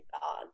God